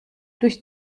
durch